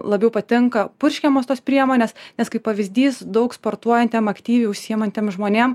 labiau patinka purškiamos tos priemonės nes kaip pavyzdys daug sportuojantiem aktyviai užsiimantiem žmonėm